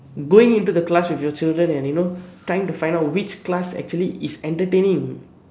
going into the class with your children and you know trying to find out which class is actually entertaining